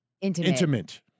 intimate—